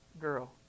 girl